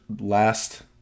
last